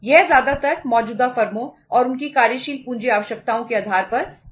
यह ज्यादातर मौजूदा फर्मों और उनकी कार्यशील पूंजी आवश्यकताओं के आधार पर किया जा सकता है